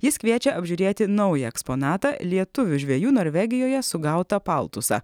jis kviečia apžiūrėti naują eksponatą lietuvių žvejų norvegijoje sugautą paltusą